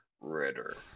Ritter